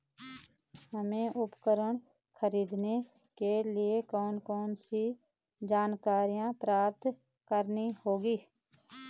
हमें उपकरण खरीदने के लिए कौन कौन सी जानकारियां प्राप्त करनी होगी?